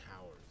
towers